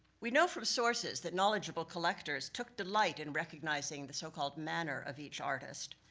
we know from sources that knowledgeable collectors took delight in recognizing the so-called manner of each artist.